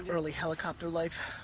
early helicopter life.